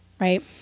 right